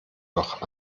doch